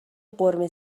قورمه